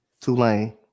Tulane